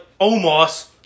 Omos